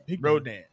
Rodan